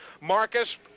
Marcus